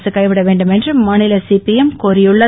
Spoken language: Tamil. அரசு கைவிட வேண்டுமென மாநில சிபிஎம் கோரியுள்ளது